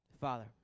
Father